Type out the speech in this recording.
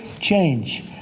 change